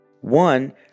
One